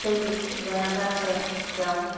সেই বি গয়াতে আছে তেওঁ